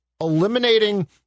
eliminating